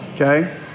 Okay